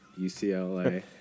UCLA